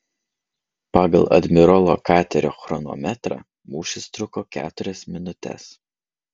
pagal admirolo katerio chronometrą mūšis truko keturias minutes